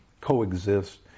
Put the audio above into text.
coexist